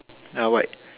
uh white